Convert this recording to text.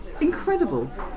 incredible